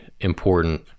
important